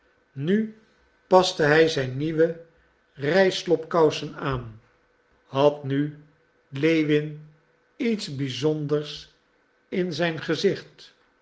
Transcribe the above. nu paste hij zijn nieuwe rijslobkousen aan had nu lewin iets bizonders in zijn gezicht